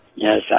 Yes